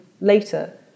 later